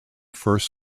first